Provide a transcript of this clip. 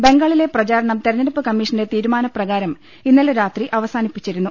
ബംഗാളിലെ പ്രചാരണം തെര ഞ്ഞെടുപ്പ് കമ്മീഷന്റെ തീരുമാനപ്രകാരം ഇന്നലെ രാത്രി അവ സാനിപ്പിച്ചിരുന്നു